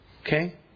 Okay